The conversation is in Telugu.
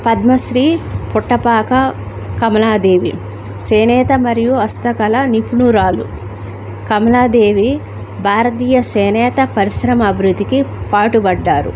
పద్మశ్రీ పుట్టపాక కమలాదేవి చేనేత మరియు హస్తకళ నిపుణురాలు కమలాదేవి భారతీయ చేనేత పరిశ్రమ అభివృద్ధికి పాటుబడ్డారు